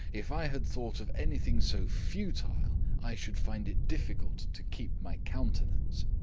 if i had thought of anything so futile, i should find it difficult to keep my countenance.